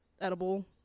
edible